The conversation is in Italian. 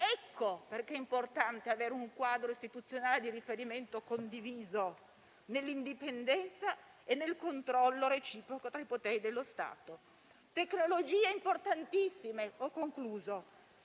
Per questo è importante avere un quadro istituzionale di riferimento condiviso nell'indipendenza e nel controllo reciproco tra i poteri dello Stato. Tecnologie importantissime, che